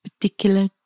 particular